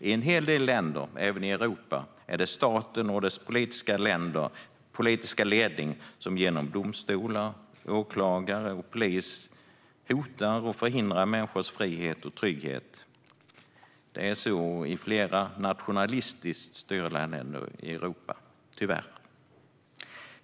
I en hel del länder, även i Europa, är det staten och dess politiska ledning som genom domstolar, åklagare och polis hotar och förhindrar människors frihet och trygghet. Det är så i flera nationalistiskt styrda länder i Europa - tyvärr.